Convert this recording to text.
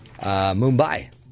Mumbai